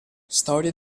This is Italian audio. storie